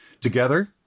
together